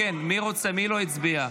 --- מי לא הצביע?